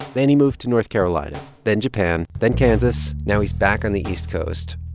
then he moved to north carolina, then japan, then kansas. now he's back on the east coast.